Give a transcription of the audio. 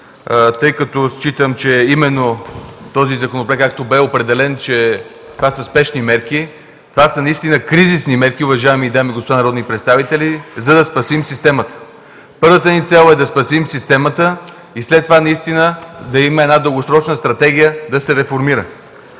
тъй като считам, че именно този законопроект съдържа спешни мерки, това са наистина кризисни мерки, уважаеми дами и господа народни представители, за да спасим системата. Първата ни цел е да спасим системата и след това да има една дългосрочна стратегия – да се реформира.